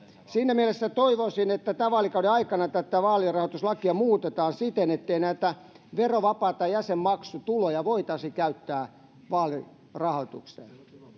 siinä mielessä toivoisin että tämän vaalikauden aikana tätä vaalirahoituslakia muutetaan siten ettei näitä verovapaita jäsenmaksutuloja voitaisi käyttää vaalirahoitukseen